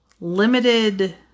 limited